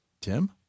Tim